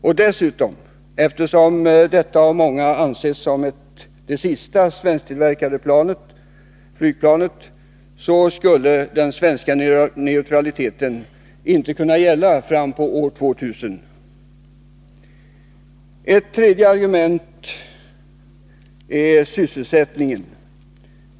Och eftersom detta plan av många anses som det sista svensktillverkade flygplanet, skulle dessutom den svenska neutraliteten inte kunna gälla fram på 2000-talet. Ett tredje argument är sysselsättningen.